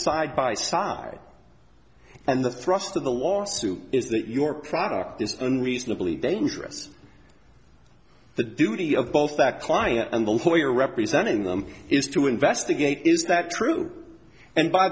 side by side and the thrust of the lawsuit is that your product is unreasonably dangerous the duty of both that client and the lawyer representing them is to investigate is that true and by